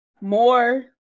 more